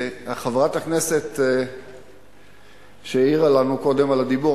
חברת הכנסת שהעירה לנו קודם על הדיבור,